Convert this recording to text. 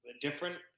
different